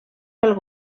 pel